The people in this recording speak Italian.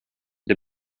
the